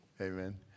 Amen